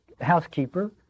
housekeeper